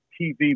TV